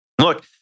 look